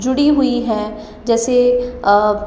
जुड़ी हुई है जैसे